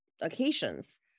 occasions